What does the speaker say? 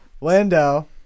Lando